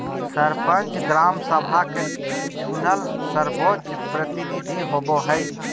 सरपंच, ग्राम सभा के चुनल सर्वोच्च प्रतिनिधि होबो हइ